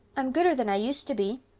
i'm gooder than i used to be.